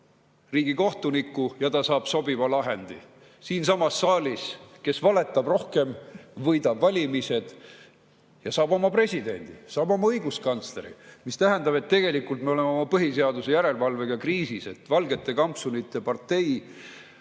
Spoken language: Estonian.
riigikohtuniku ja saab sobiva lahendi. Siinsamas saalis [on nii, et] kes valetab rohkem, võidab valimised ja saab oma presidendi, saab oma õiguskantsleri. See tähendab, et tegelikult me oleme oma põhiseaduse järelevalvega kriisis. Valgete kampsunite partei